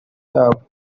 yabo